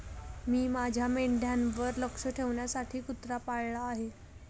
मी माझ्या मेंढ्यांवर लक्ष ठेवण्यासाठी कुत्रा पाळला आहे